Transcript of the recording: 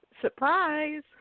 Surprise